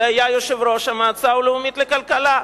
שהיה יושב-ראש המועצה הלאומית לכלכלה.